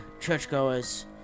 churchgoers